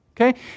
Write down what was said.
Okay